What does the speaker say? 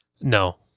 no